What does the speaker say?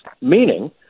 meaning